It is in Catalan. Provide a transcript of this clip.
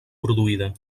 produïda